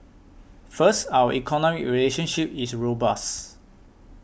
first our economic relationship is robust